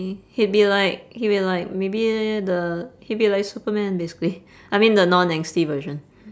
he'd be like he'd be like maybe the he'd be like superman basically I mean the non angsty version